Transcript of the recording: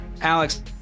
Alex